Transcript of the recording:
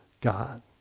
God